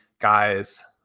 guys